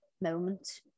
moment